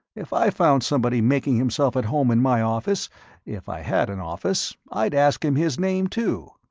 if i found somebody making himself at home in my office if i had an office i'd ask him his name, too.